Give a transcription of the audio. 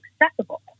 accessible